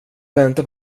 vänta